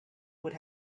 would